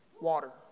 water